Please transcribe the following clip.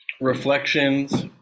reflections